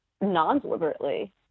non-deliberately